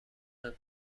مهم